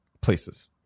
places